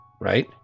right